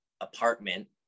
apartment